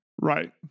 right